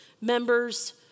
members